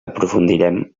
aprofundirem